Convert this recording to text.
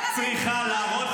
מבחינת